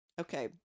Okay